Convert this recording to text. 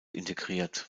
integriert